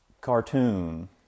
cartoon